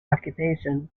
occupation